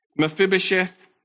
Mephibosheth